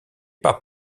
pas